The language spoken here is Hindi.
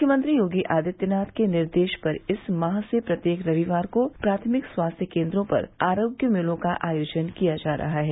मुख्यमंत्री योगी आदित्यनाथ के निर्देश पर इस माह से प्रत्येक रविवार को प्राथमिक स्वास्थ्य केंद्रों पर आरोग्य मेलों का आयोजन किया जा रहा है